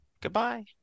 goodbye